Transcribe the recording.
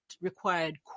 required